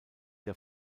der